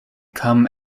come